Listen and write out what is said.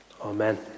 Amen